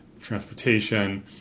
transportation